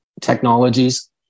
technologies